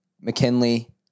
McKinley